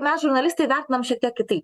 mes žurnalistai vertinam šiek tiek kitaip